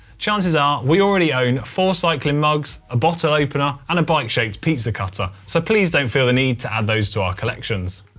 chances are, we already own four cycling mugs, a bottle opener, and a bike-shaped pizza cutter. so please don't feel the need to add those to our collections.